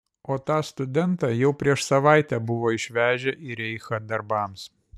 o tą studentą jau prieš savaitę buvo išvežę į reichą darbams